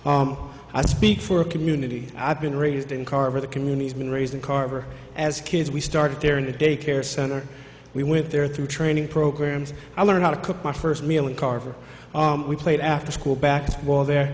a i speak for a community i've been raised in carver the community's been raising carver as kids we started there in the daycare center we went there through training programs i learned how to cook my first meal in carver we played after school back while the